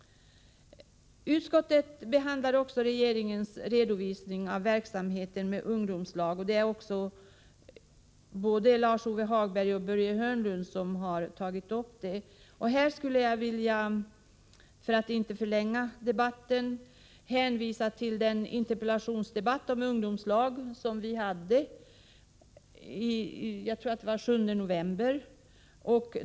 Utskottet behandlar också regeringens redovisning av verksamheten med ungdomslag. Både Lars-Ove Hagberg och Börje Hörnlund har tagit upp detta. Här skulle jag — för att inte förlänga debatten — vilja hänvisa till den interpellationsdebatt om ungdomslagen som vi hade den 5 november.